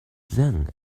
then